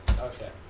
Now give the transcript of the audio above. Okay